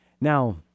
Now